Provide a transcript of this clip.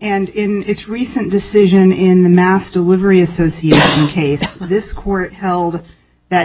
and in its recent decision in the mass delivery associate case this court held that